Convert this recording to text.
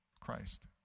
Christ